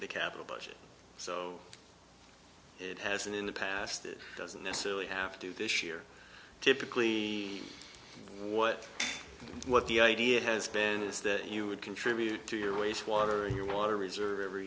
the capital budget it has in the past it doesn't necessarily have to do this year typically what the idea has been is that you would contribute to your waste water and your water reserve every